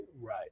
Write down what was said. Right